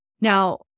Now